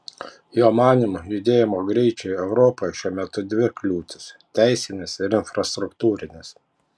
jo manymu judėjimo greičiui europoje šiuo metu dvi kliūtys teisinės ir infrastruktūrinės